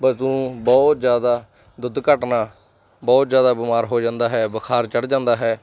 ਪਸ਼ੂ ਨੂੰ ਬਹੁਤ ਜ਼ਿਆਦਾ ਦੁੱਧ ਘੱਟਣਾ ਬਹੁਤ ਜ਼ਿਆਦਾ ਬਿਮਾਰ ਹੋ ਜਾਂਦਾ ਹੈ ਬੁਖਾਰ ਚੜ੍ਹ ਜਾਂਦਾ ਹੈ